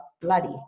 bloody